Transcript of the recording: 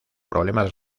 problemas